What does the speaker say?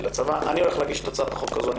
אני הולך להגיש את הצעת החוק הזאת.